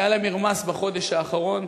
שהיה למרמס בחודש האחרון,